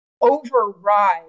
override